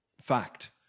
fact